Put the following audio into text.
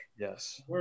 Yes